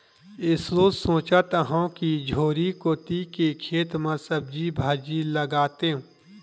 एसो सोचत हँव कि झोरी कोती के खेत म सब्जी भाजी लगातेंव